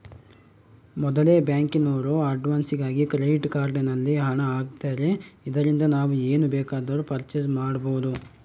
ಮೊದಲೆ ಬ್ಯಾಂಕಿನೋರು ಅಡ್ವಾನ್ಸಾಗಿ ಕ್ರೆಡಿಟ್ ಕಾರ್ಡ್ ನಲ್ಲಿ ಹಣ ಆಗ್ತಾರೆ ಇದರಿಂದ ನಾವು ಏನ್ ಬೇಕಾದರೂ ಪರ್ಚೇಸ್ ಮಾಡ್ಬಬೊದು